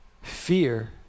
fear